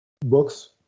books